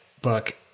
book